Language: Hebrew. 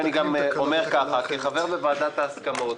כחבר בוועדת ההסכמות,